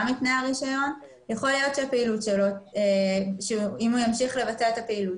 מתנאי הרישיון כך שיכול להיות שאם הוא ימשיך לבצע את הפעילות